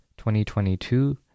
2022